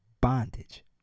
bondage